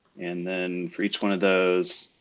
and then for each one of those,